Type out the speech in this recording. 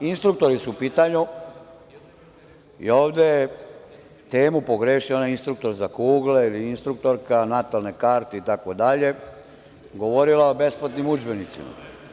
Instruktori su u pitanju i ovde je temu pogrešilo onaj instruktor za kugle ili instruktorka natalne karte itd, govorila je o besplatnim udžbenicima.